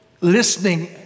listening